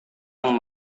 yang